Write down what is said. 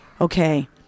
Okay